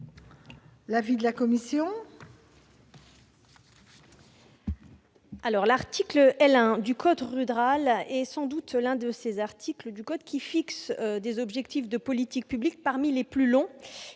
l'avis de la commission ? L'article L. 1 du code rural est sans doute l'un des articles fixant des objectifs de politique publique parmi les plus longs